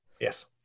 Yes